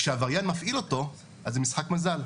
כשעבריין מפעיל אותו, אז זה משחק מזל.